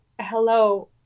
hello